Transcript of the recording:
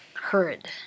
heard